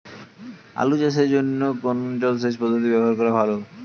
আলু চাষের জন্য কোন জলসেচ পদ্ধতি ব্যবহার করা ভালো?